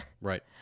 right